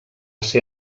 ser